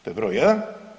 To je broj jedan.